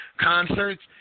concerts